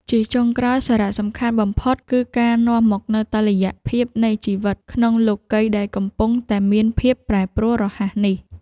ជាចុងក្រោយ សារៈសំខាន់បំផុតគឺការនាំមកនូវតុល្យភាពនៃជីវិតក្នុងលោកិយដែលកំពុងតែមានភាពប្រែប្រួលរហ័សនេះ។